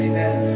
Amen